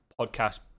podcast